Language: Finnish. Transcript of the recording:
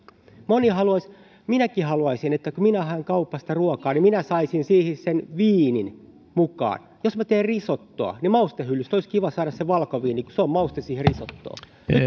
moni haluaisi minäkin haluaisin että kun minä haen kaupasta ruokaa niin minä saisin siihen sen viinin mukaan jos minä teen risottoa niin maustehyllystä olisi kiva saada se valkoviini kun se on mauste siihen risottoon nyt